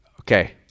Okay